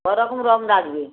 ক রকম রং লাগবে